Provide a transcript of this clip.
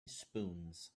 spoons